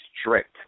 strict